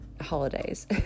Holidays